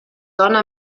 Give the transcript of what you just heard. dona